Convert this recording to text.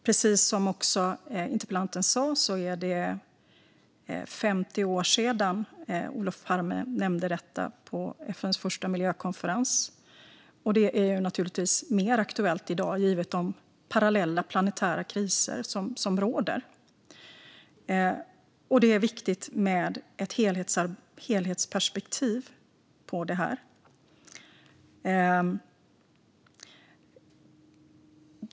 Precis som interpellanten sa är det 50 år sedan Olof Palme nämnde detta på FN:s första miljökonferens. Det är naturligtvis mer aktuellt i dag, givet de parallella planetära kriser som råder, och det är viktigt med ett helhetsperspektiv på det här.